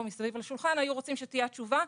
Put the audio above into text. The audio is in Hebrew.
מסביב לשולחן היו רוצים שתהיה התשובה,